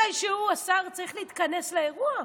עד יוני, מתישהו השר צריך להיכנס לאירוע,